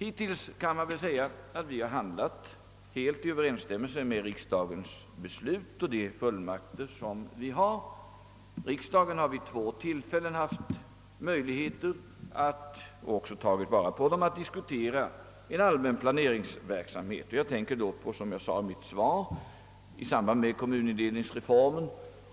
Då kan man säga att vi handlat i överensstämmelse med riksdagens beslut och med de fullmakter vi har. Riksdagen har redan vid två tillfällen haft möjligheter, och tillvaratagit dem, att diskutera en allmän planeringsverksamhet. Det var, som jag nämnde i mitt svar, i samband med frågan om kommunindelningsreformen